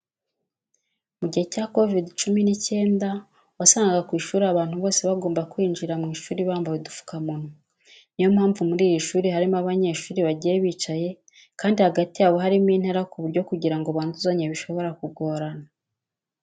Mu gihe cya Covid cumi n'icyenda wasangaga ku ishuri abantu bose bagomba kwinjira mu ishuri bambaye udupfukamunwa, ni yo mpamvu muri iri shuri harimo abanyeshuri bagiye bicaye kandi hagati yabo harimo intera ku buryo kugira ngo banduzanye bishobora kugorana.